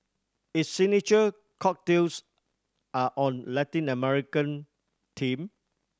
its signature cocktails are on Latin American theme